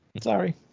Sorry